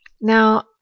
now